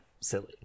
silly